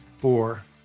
four